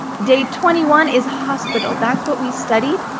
day twenty one is hospital, that's what we studied,